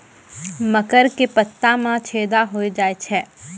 मकर के पत्ता मां छेदा हो जाए छै?